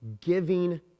giving